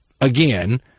Again